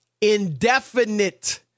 indefinite